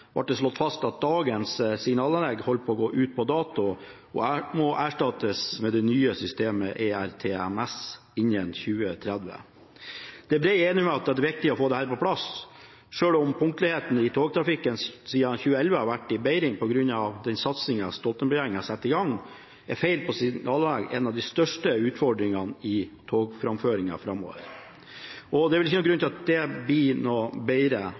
ble det slått fast at dagens signalanlegg holdt på å gå ut på dato og må erstattes av det nye systemet ERTMS innen 2030. Det er bred enighet om at det er viktig å få dette på plass. Selv om punktligheten i togtrafikken siden 2011 har vært i bedring på grunn av den satsingen som Stoltenberg-regjeringen satte i gang, er feil på signalanlegg en av de største utfordringene i togframføringen framover. Og det er vel ikke noen grunn til å tro at det blir noe bedre